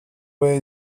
puede